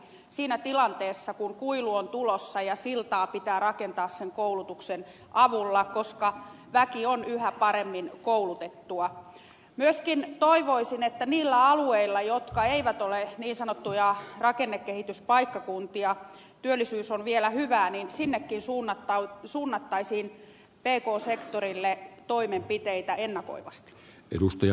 siinä tilanteessa kun kuilu on tulossa ja siltaa pitää rakentaa sen koulutuksen avulla koska väki on yhä paremmin koulutettua joskin toivoisin että millä alueilla jotka eivät ole niin sanottuja rakennekehityspaikkakuntia työllisyys on vielä hyvää niin sinäkin suunnata suunnattaisiin pekosen torille toimenpiteitä ennakoivasti edustaja